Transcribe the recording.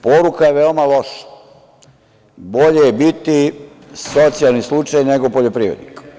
Poruka je veoma loša – bolje je biti socijalni slučaj nego poljoprivrednik.